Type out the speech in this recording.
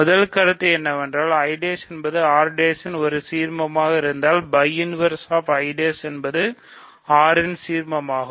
முதல் கருத்து என்னவென்றால் I' என்பது R' ன் ஒரு சீர்மமாக இருந்தால் I என்பது R ன் சீர்மமாகும்